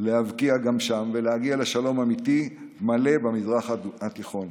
להבקיע גם שם ולהגיע לשלום אמיתי ומלא במזרח התיכון.